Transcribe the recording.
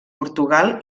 portugal